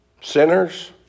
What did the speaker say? sinners